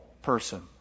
person